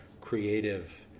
creative